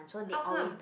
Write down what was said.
how come